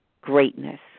greatness